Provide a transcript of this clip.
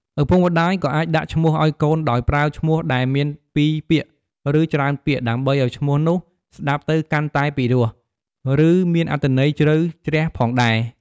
ឪពុកម្តាយក៏អាចដាក់ឈ្មោះឲ្យកូនដោយប្រើឈ្មោះដែលមានពីរពាក្យ ឬច្រើនពាក្យ ដើម្បីឱ្យឈ្មោះនោះស្តាប់ទៅកាន់តែពិរោះ ឬមានអត្ថន័យជ្រៅជ្រះផងដែរ។